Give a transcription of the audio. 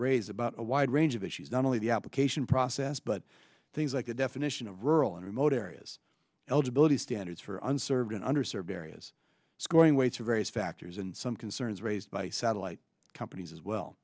raised about a wide range of issues not only the application process but things like the definition of rural and remote areas eligibility standards for unserved in under served areas it's going way through various factors and some concerns raised by satellite companies as well